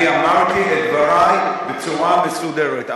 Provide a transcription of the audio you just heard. אני אמרתי את דברי בצורה מסודרת.